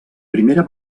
primera